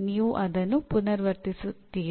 ನೀವು ಇದನ್ನು ಪುನರಾವರ್ತಿಸುತ್ತೀರಿ